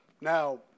Now